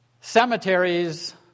Cemeteries